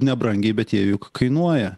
nebrangiai bet jie juk kainuoja